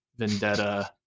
Vendetta